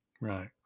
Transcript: right